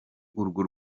urwo